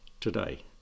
today